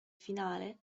finale